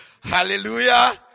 Hallelujah